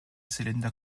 cylinder